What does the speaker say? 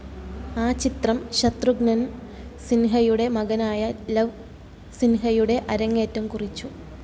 ആ ചിത്രം ശത്രുഘ്നൻ സിൻഹയുടെ മകനായ ലവ് സിൻഹയുടെ അരങ്ങേറ്റം കുറിച്ചു